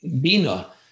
Bina